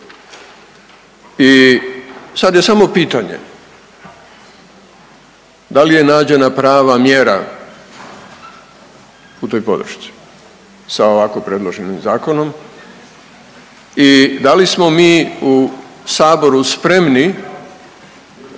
i sad je samo pitanje da li je nađena prava mjera u toj podršci sa ovako predloženim Zakonom i da li smo mi u Saboru spremni